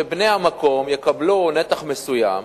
שבני המקום יקבלו נתח מסוים.